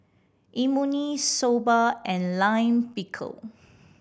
Imoni Soba and Lime Pickle